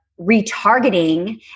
retargeting